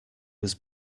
was